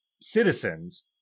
citizens